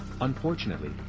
Unfortunately